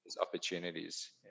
opportunities